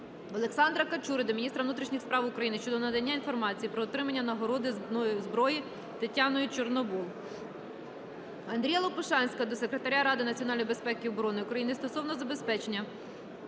Олександра Качури до міністра внутрішніх справ України щодо надання інформації про отримання нагородної зброї Тетяною Чорновол. Андрія Лопушанського до Секретаря Ради національної безпеки і оборони України стосовно забезпечення